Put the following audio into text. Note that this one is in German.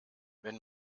wenn